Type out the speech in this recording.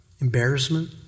Embarrassment